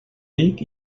ric